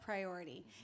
priority